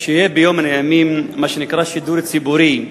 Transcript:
שיהיה ביום מן הימים מה שנקרא "שידור ציבורי"